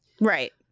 Right